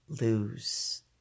lose